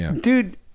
Dude